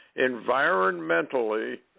Environmentally